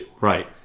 Right